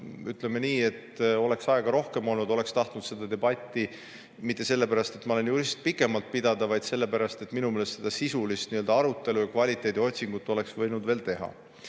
ütleme nii, oleks aega rohkem olnud, oleks tahtnud seda debatti – mitte sellepärast, et ma olen jurist – pikemalt pidada, sest minu meelest seda sisulist arutelu ja kvaliteediotsingut oleks võinud veel teha.